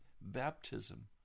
baptism